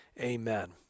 Amen